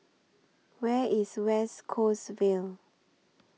Where IS West Coast Vale